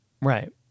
right